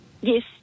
Yes